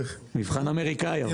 מבחן אמריקאי?